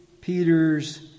Peter's